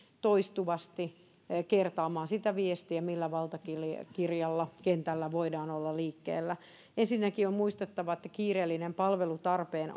toistuvasti kertaamaan sitä viestiä millä valtakirjalla kentällä voidaan olla liikkeellä ensinnäkin on muistettava että kiireellinen palvelutarpeen